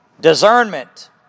Discernment